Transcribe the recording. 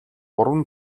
гурван